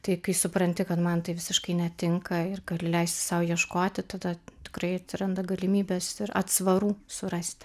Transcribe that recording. tai kai supranti kad man tai visiškai netinka ir gali leisti sau ieškoti tada tikrai atsiranda galimybės ir atsvarų surasti